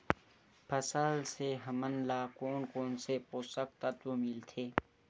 फसल से हमन ला कोन कोन से पोषक तत्व मिलथे?